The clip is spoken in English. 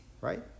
right